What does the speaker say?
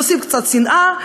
להוסיף קצת שנאה,